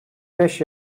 beş